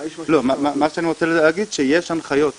מה שאני רוצה להגיד זה שיש הנחיות כאלה.